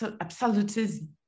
absolutism